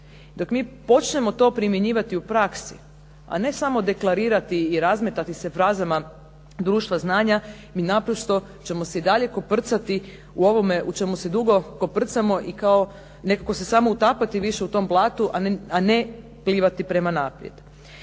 Dok mi počnemo to primjenjivati u praksi, a ne samo deklarirati i razmetati se frazama društva znanja, mi naprosto ćemo se i dalje koprcati u ovome u čemu se dugo koprcamo i kao, nekako se samo utapati više u tom blatu, a ne plivati prema naprijed.